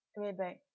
maybank